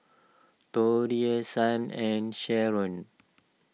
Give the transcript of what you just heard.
Torie Shan and Sheron